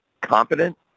competent